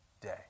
day